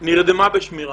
ונרדמה בשמירה.